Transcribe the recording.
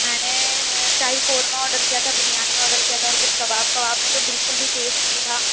میں نے شاہی قورمہ آڈر کیا تھا بریانی آڈر کیا تھا اور کچھ کباب کباب میں تو بالکل بھی ٹیسٹ نہیں تھا